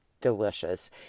delicious